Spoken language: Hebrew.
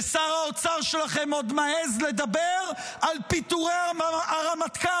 ושר האוצר שלכם עוד מעז לדבר על פיטורי הרמטכ"ל.